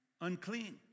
unclean